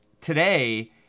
today